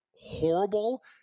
horrible